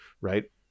Right